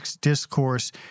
discourse